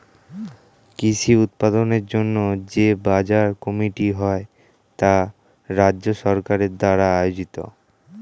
কৃষি উৎপাদনের জন্য যে বাজার কমিটি হয় তা রাজ্য সরকার দ্বারা আয়োজিত